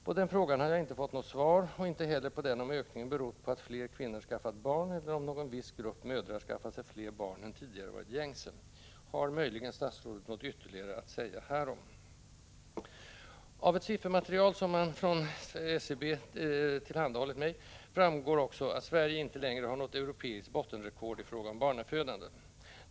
På den här frågan har jag inte fått något svar — och inte heller på den om ökningen berott på att fler kvinnor skaffat barn eller att någon viss grupp mödrar skaffat sig fler barn än tidigare varit gängse. Har möjligen statsrådet något ytterligare att säga härom? Av ett siffermaterial som man från SCB tillhandahållit mig framgår också att Sverige inte längre har något europeiskt bottenrekord i fråga om barnafödande.